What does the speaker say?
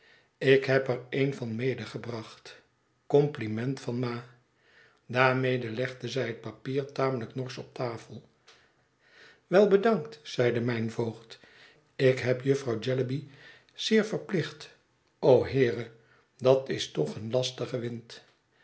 ik heb er een van medegebracht compliment van ma daarmede legde zij het papier tamelijk norsch op tafel wel bedankt zeide mijn voogd ik ben mevrouw jellyby zeer verplicht o heere dat is toch een lastige wind